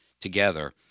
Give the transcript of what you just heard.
together